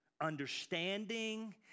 understanding